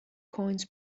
coins